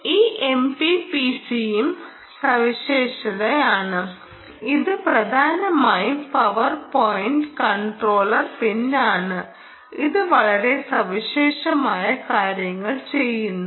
ഈ MPPCയും സവിശേഷതയാണ് ഇത് പ്രധാനമായും പവർ പോയിൻറ് കൺട്രോൾ പിൻ ആണ് ഇത് വളരെ സവിശേഷമായ കാര്യങ്ങൾ ചെയ്യുന്നു